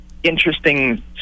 interesting